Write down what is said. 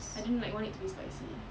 I didn't like want it to be spicy